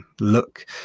look